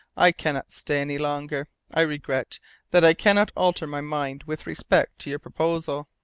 i cannot stay any longer. i regret that i cannot alter my mind with respect to your proposal.